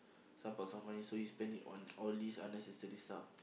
some parts of money so you spend it on all these unnecessary stuff